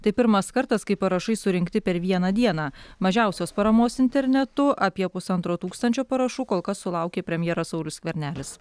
tai pirmas kartas kai parašai surinkti per vieną dieną mažiausios paramos internetu apie pusantro tūkstančio parašų kol kas sulaukė premjeras saulius skvernelis